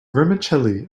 vermicelli